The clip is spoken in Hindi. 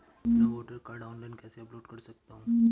मैं अपना वोटर कार्ड ऑनलाइन कैसे अपलोड कर सकता हूँ?